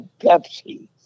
Pepsi